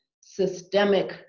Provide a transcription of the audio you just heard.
systemic